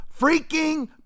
freaking